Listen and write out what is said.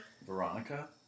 Veronica